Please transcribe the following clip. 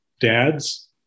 dads